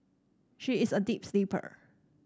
she is a deep sleeper